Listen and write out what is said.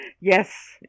Yes